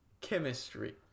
chemistry